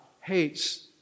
hates